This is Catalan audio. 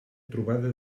trobada